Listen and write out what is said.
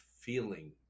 feeling